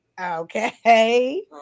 Okay